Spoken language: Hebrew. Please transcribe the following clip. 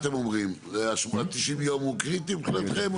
90 יום זה קריטי מבחינתכם?